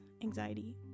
anxiety